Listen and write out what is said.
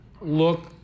look